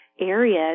areas